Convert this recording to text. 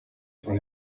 for